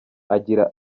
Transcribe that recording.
agira